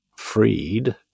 freed